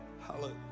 Hallelujah